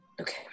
Okay